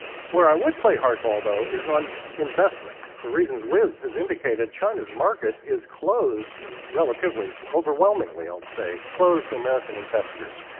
where i would play hardball, though, is on investment. it reasons liz has indicated, china's market is closed relatively overwhelmingly, i'll say, closed to american investors.